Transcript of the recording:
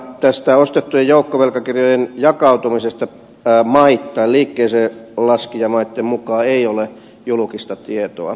tästä ostettujen joukkovelkakirjojen jakautumisesta maittain liikkeeseenlaskijamaitten mukaan ei ole julkista tietoa